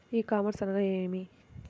ఈ కామర్స్ అనగా నేమి?